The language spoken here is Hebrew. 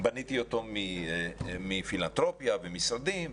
בניתי אותו מפילנתרופיה ומשרדים,